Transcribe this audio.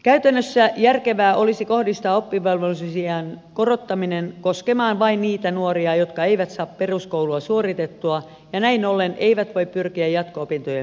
käytännössä järkevää olisi kohdistaa oppivelvollisuusiän korottaminen koskemaan vain niitä nuoria jotka eivät saa peruskoulua suoritettua ja näin ollen eivät voi pyrkiä jatko opintojen piiriin